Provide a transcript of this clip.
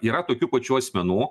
yra tokių pačių asmenų